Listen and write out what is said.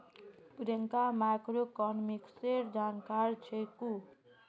प्रियंका मैक्रोइकॉनॉमिक्सेर जानकार छेक्